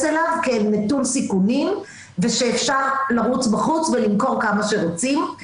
אליו כאל נטול סיכונים ושאפשר לרוץ בחוץ ולמכור כמה שרוצים,